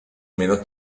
meno